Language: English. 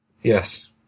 Yes